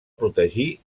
protegir